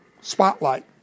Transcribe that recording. spotlight